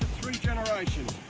three generations.